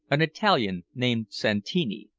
an italian named santini.